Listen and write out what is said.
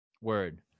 Word